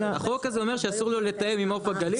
החוק הזה אומר שאסור לו לתאם עם עוף הגליל.